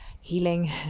Healing